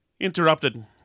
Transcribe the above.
interrupted